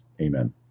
amen